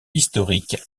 historique